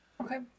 okay